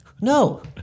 No